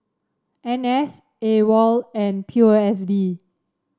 N S AWOL and P O S B